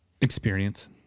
Experience